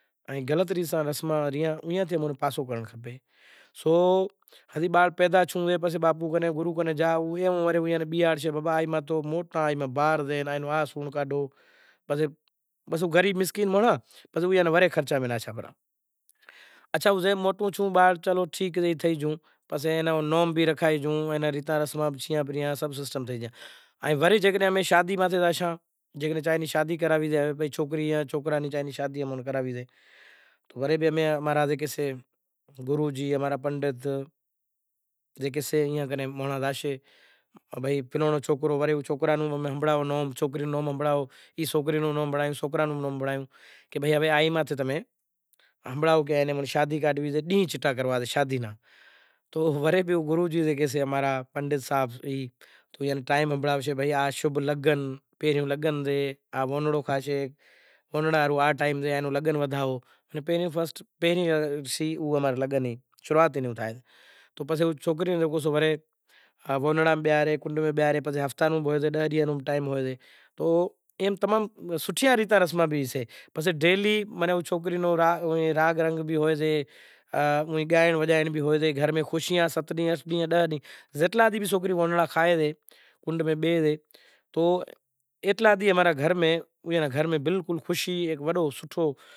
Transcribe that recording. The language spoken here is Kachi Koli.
اندر موٹاں مانڑاں نو موٹو ہاتھ ہتو زے ناں انوسار تھی ای بالکاں نیں آج دہاڑا ہوندہی انصاف ناں زڑیو تو ناں زڑیو تو اماں را گرنتھاں نے حساب تھیں لکھیل سے کہ جگت نی اندر ایوا پرکار مانڑاں سیں زے ناں انوسار تھی جیون کنڑ مہاں کتھن تھی گیو سے جیون آ وہنونہار انوسار مایا نی جگت نی ضروری سے چمکہ مایا سے تو ایئے نو کٹنب پریوار سکھی ہوسے اینو کٹنب پریوار سکھی ہوسے تو اینو گھر ماں الجھن نیں بنیں، الجھن نہیں ہوئے تو گھر ماں کرودھ نہیں تھائے، زم راجا ہریچند ہتا تو راجا ہریچند راجدھانی نا مالک ہتا راجواڑے نا مالک ہتا پر گرو وچن تھیں پورنڑ ہتا تو ظاہر اے وشوامنتر پوتانیں گرو ناں کیدہو کہ تاں رو شیوک ریو ای بھگتی تو برابر کرتو پر ای کوئی کام ناں کرسے تو گرو ڈیو کیدہو کہ ماں را ششیاں ناں کوئی ایوی اہمیت نتھی زاں کو پدارتھ زڑے تو بھگتی کرے ریو سے۔